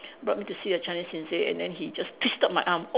brought me to see a Chinese sin seh and then he just twisted my arm